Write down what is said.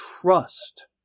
trust